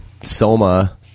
soma